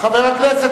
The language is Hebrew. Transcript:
חבר הכנסת